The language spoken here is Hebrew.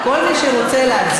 מה מפתיע?